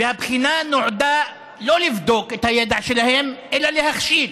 והבחינה נועדה לא לבדוק את הידע שלהם אלא להכשיל.